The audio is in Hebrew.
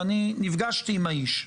ואני נפגשתי עם האיש,